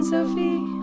Sophie